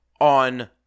on